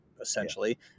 essentially